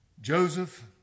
Joseph